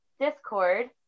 Discord